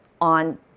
on